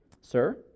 sir